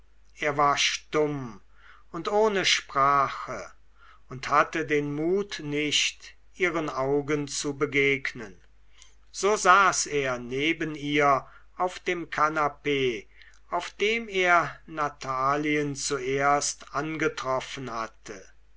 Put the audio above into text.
er war stumm und ohne sprache und hatte den mut nicht ihren augen zu begegnen so saß er neben ihr auf dem kanapee auf dem er natalie zuerst angetroffen hatte